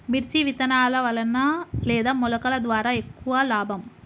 మిర్చి విత్తనాల వలన లేదా మొలకల ద్వారా ఎక్కువ లాభం?